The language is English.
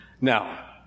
Now